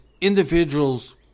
individuals